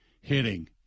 hitting